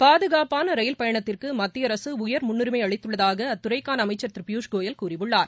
பாதுகாப்பான ரயில் பயணத்திற்கு மத்திய அரசு உயர் முன்னுரிமை அளித்துள்ளதாக அத்தறைக்கான அமைச்சர் திரு பியூஷ் கோயல் கூறியுள்ளார்